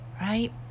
Right